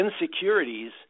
insecurities